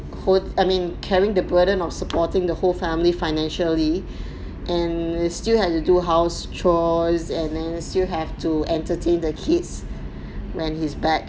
who~ I mean carrying the burden of supporting the whole family financially and we still have to do house chores and then still have to entertain the kids when he's back